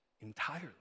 entirely